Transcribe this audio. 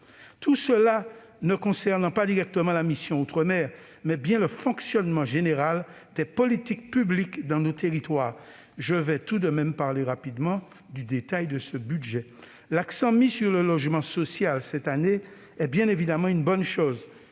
Tout cela concernant non pas directement la mission « Outre-mer », mais bien le fonctionnement général des politiques publiques dans nos territoires, je vais tout de même parler rapidement du détail de ce budget. L'accent mis, cette année, sur le logement social constitue, bien évidemment, une bonne chose,